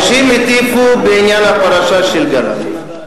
אנשים הטיפו בעניין הפרשה של גלנט,